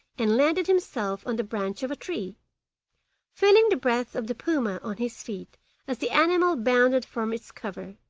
and landed himself on the branch of a tree feeling the breath of the puma on his feet as the animal bounded from is cover.